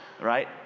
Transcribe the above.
right